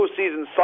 postseason